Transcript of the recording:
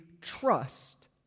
trust